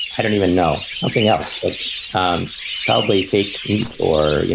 i don't even know something else, like um probably fake meat or, you